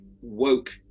woke